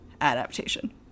adaptation